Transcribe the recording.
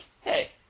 hey